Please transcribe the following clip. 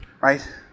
right